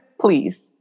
please